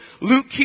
Luke